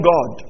God